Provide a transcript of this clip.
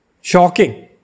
shocking